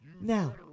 Now